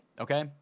okay